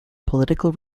political